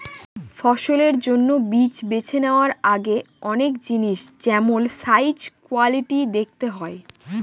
ফসলের জন্য বীজ বেছে নেওয়ার আগে অনেক জিনিস যেমল সাইজ, কোয়ালিটি দেখতে হয়